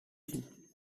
ایم